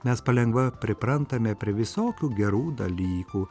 mes palengva priprantame prie visokių gerų dalykų